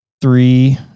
three